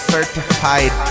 Certified